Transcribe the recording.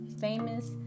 famous